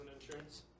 insurance